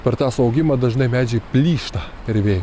per tą suaugimą dažnai medžiai plyšta dervej